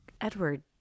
edward